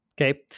Okay